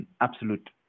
absolute